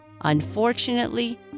Unfortunately